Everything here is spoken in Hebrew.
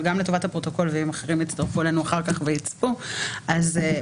אבל לטובת הפרוטוקול ולטובת אחרים שיצטרפו אחר כך ויצפו אני אסביר.